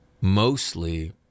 mostly